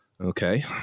Okay